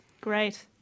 Great